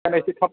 बेखायनो इसे थाब